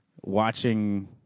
watching